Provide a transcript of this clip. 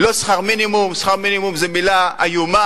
לא שכר מינימום, "שכר מינימום" זאת מלה איומה,